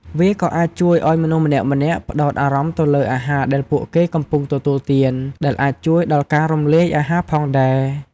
វាក៏អាចជួយឱ្យមនុស្សម្នាក់ៗផ្តោតអារម្មណ៍ទៅលើអាហារដែលពួកគេកំពុងទទួលទាន ដែលអាចជួយដល់ការរំលាយអាហារផងដែរ។